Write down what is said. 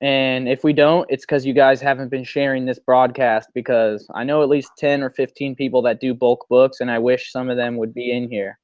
and if we don't it's because you guys haven't been sharing this broadcast because i know at least ten or fifteen people that do bulk books and i wish some of them would be in here.